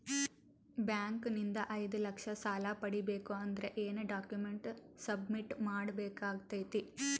Bank ನಿಂದ ಐದು ಲಕ್ಷ ಸಾಲ ಪಡಿಬೇಕು ಅಂದ್ರ ಏನ ಡಾಕ್ಯುಮೆಂಟ್ ಸಬ್ಮಿಟ್ ಮಾಡ ಬೇಕಾಗತೈತಿ?